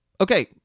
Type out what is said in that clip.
okay